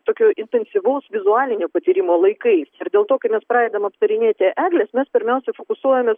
tokio intensyvaus vizualinio patyrimo laikais ir dėl to kai pradedam aptarinėti egles mes pirmiausia fokusuojamės